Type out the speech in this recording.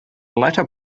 latter